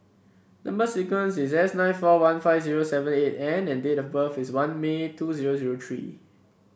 number sequence is S nine four one five zero seven eight N and date of birth is one May two zero zero three